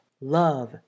love